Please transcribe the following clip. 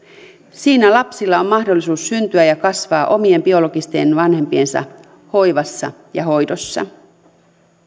siinä lapsilla on mahdollisuus syntyä ja kasvaa omien biologisten vanhempiensa hoivassa ja hoidossa